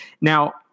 Now